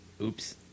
Oops